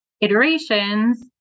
iterations